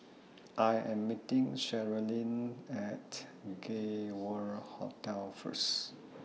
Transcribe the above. I Am meeting Sherilyn At Gay World Hotel First